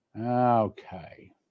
Okay